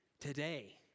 today